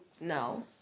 No